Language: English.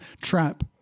trap